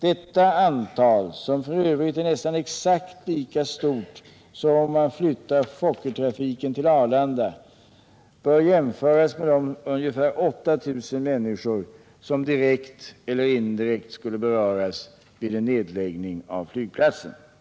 Detta antal, som f.ö. är nästan exakt lika stort som om man flyttar Fokkertrafiken till Arlanda, bör jämföras med de ungefär 8000 människor som direkt eller indirekt skulle beröras vid en nedläggning av flygplatsen. Herr talman!